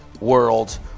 world